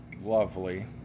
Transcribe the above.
lovely